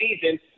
season